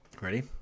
Ready